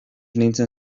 nintzen